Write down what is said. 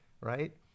right